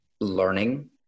learning